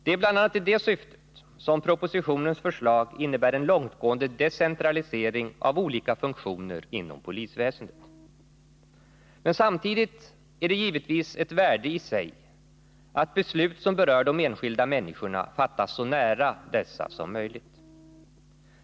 Det är bl.a. i detta syfte som propositionens förslag innebär en långtgående decentralisering av olika funktioner inom polisväsendet. Men samtidigt är det givetvis ett värde i sig att beslut som berör de enskilda människorna fattas så nära dessa som möjligt.